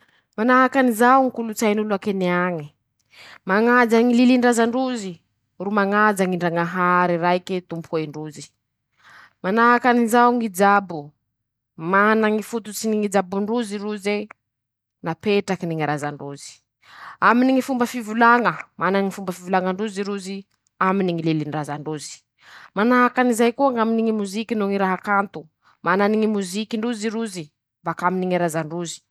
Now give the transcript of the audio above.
Manahaky anizao ñy kolotsain'olo a Kenia añe: -Mañaja ñy lilin-drazan-drozy ro mañaja ñy ndrañahary raike tompen-drozy; manahaky anizao ñy jabo ,mana ñy fototsy ny ñy jabon-drozy roze ,napetrakiny ñy razan-drozy ;aminy ñy fomba fivolaña ,mana ñy fomba fivolañan-drozy rozy aminy ñy lilin-drazan-drozy; manahaky anizay koa ñ'aminy ñy moziky noho ñy raha kanto ,manany ñy mozikin-drozy rozy ,bakaminy ñy razan-drozy.